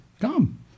come